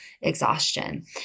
exhaustion